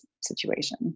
situation